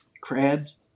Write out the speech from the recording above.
crabs